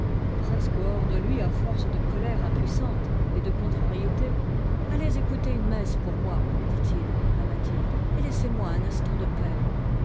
presque hors de lui à force de colère impuissante et de contrariété allez écouter une messe pour moi dit-il à mathilde et laissez-moi un instant de paix